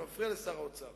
אתה מפריע לשר האוצר